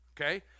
Okay